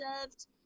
served